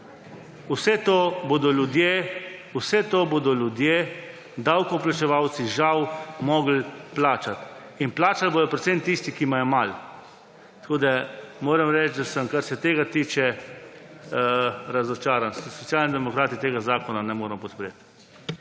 vse to bodo ljudje, davkoplačevalci žal mogli plačati in plačali bodo predvsem tisti, ki imajo malo. Tako da, moram reči, da sem kar se tega tiče razočaran. Socialni demokrati tega zakona ne moremo podpreti.